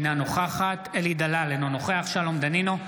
אינה נוכחת אלי דלל, אינו נוכח שלום דנינו,